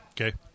Okay